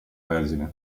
vergine